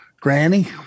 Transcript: granny